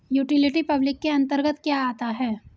Utility public के अंतर्गत क्या आता है?